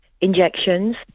injections